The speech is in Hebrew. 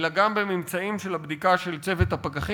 אלא גם בממצאים של הבדיקה של צוות הפקחים,